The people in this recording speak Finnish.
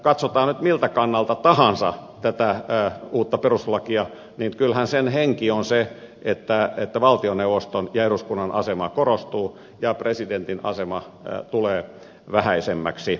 katsotaan nyt miltä kannalta tahansa tätä uutta perustuslakia niin kyllähän sen henki on se että valtioneuvoston ja eduskunnan asema korostuu ja presidentin asema tulee vähäisemmäksi